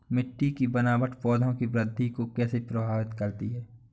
मिट्टी की बनावट पौधों की वृद्धि को कैसे प्रभावित करती है?